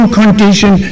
condition